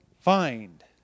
find